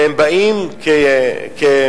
והם באים כמסתננים,